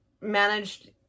managed